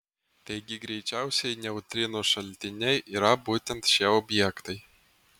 taigi greičiausiai neutrinų šaltiniai yra būtent šie objektai